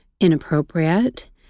inappropriate